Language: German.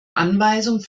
anweisung